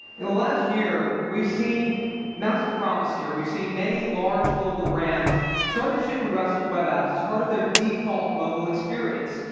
in the last year, we've seen massive promise here. we've seen many large global brands start to ship progressive web apps as part of their default mobile experience.